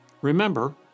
Remember